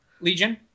Legion